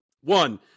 One